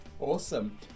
Awesome